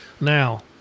Now